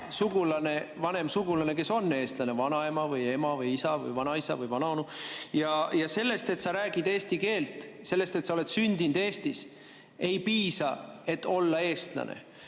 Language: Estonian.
olema mõni vanem sugulane, kes on eestlane: vanaema või ema või isa või vanaisa või vanaonu. Sellest, et sa räägid eesti keelt, sellest, et sa oled sündinud Eestis, ei piisa selleks, et olla eestlane.